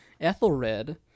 Ethelred